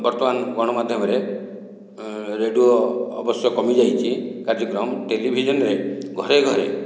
ବର୍ତ୍ତମାନ ଗଣମାଧ୍ୟମରେ ରେଡ଼ିଓ ଅବଶ୍ୟ କମି ଯାଇଛି କାର୍ଯ୍ୟକ୍ରମ ଟେଲିଭିଜନରେ ଘରେ ଘରେ